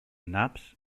naps